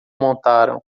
montaram